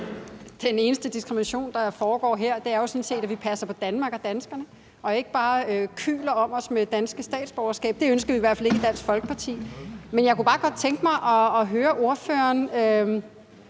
Den eneste diskrimination, der foregår her, er jo sådan set, at vi passer på Danmark og danskerne og ikke bare kyler om os med danske statsborgerskaber. Det ønsker vi i hvert fald ikke i Dansk Folkeparti. Men jeg kunne bare godt tænke mig at høre ordføreren,